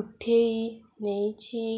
ଉଠାଇ ନେଇଛି